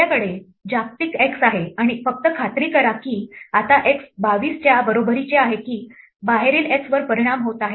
आपल्याकडे जागतिक x आहे आणि फक्त खात्री करा की आत x 22 च्या बरोबरीचा आहे की बाहेरील x वर परिणाम होत आहे